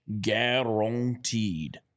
guaranteed